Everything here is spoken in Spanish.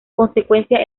consecuencia